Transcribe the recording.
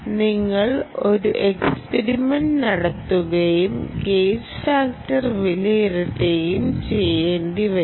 നിങ്ങൾ ഒരു എക്സ്പെരിമെൻ്റ് നടത്തുകയും ഗേജ് ഫാക്ടർ വിലയിരുത്തുകയും ചെയ്യേണ്ടിവരും